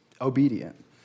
Obedient